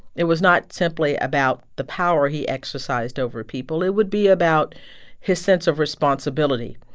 it was not simply about the power he exercised over people. it would be about his sense of responsibility.